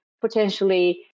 potentially